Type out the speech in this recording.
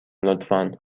لطفا